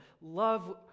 love